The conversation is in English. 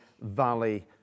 valley